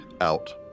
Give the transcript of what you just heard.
out